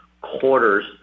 quarters